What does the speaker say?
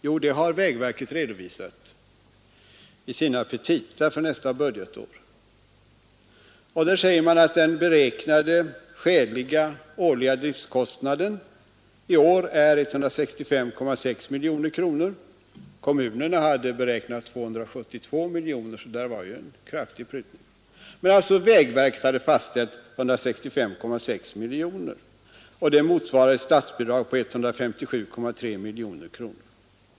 Jo, det har Vägverket redovisat i sina petita för nästa budgetår. Där säger man att den beräknade skäliga årliga driftkostnaden i år är 165,6 miljoner kronor. Kommunerna hade beräknat 272 miljoner, så det var ju en kraftig Prutning. Vägverket hade alltså fastställt 165,6 miljoner, vilket motsvarar ett statsbidrag av 157,3 miljoner kronor.